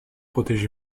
protégée